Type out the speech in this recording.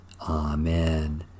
Amen